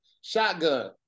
Shotgun